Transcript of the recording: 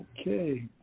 Okay